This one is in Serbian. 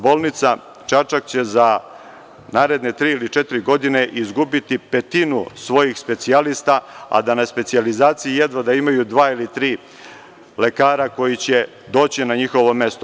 Bolnica Čačak će za naredne tri ili četiri godine izgubiti petinu svojih specijalista, a da na specijalizaciji jedva da imaju dva ili tri lekara koji će doći na njihovo mesto.